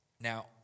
Now